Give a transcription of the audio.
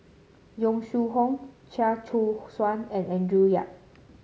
Yong Shu Hoong Chia Choo Suan and Andrew Yip